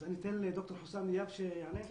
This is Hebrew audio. אז אני אתן לד"ר חוסאם דיאב שיענה?